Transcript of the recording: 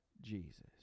Jesus